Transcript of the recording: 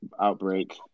outbreak